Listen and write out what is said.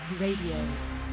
Radio